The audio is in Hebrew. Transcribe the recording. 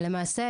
למעשה,